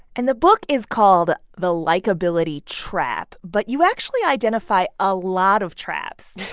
and the book is called the likeability trap. but you actually identify a lot of traps